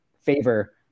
favor